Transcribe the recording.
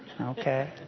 Okay